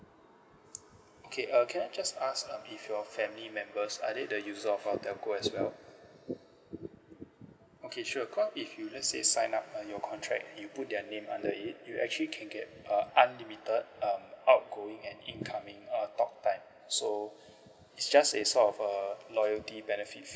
okay uh can I just ask um if your family members are they the user of our telco as well okay sure cause if you let's say sign up by your contract you put their name under it you actually can get uh unlimited um outgoing and incoming uh talk time so it's just a sort of a loyalty benefit